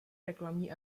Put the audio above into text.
reklamní